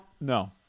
No